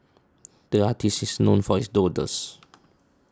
the artist is known for his doodles